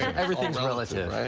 everything is relative.